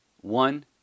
One